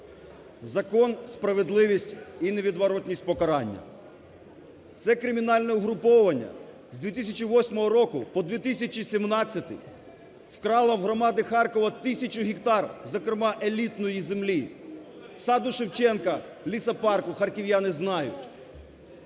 Закон, справедливість і невідворотність покарання. Це кримінальне угрупування з 2008 року по 2017-й вкрала в громади Харкова тисячу гектарів, зокрема, елітної землі – "Саду Шевченка", лісопарку. Харків'яни знають.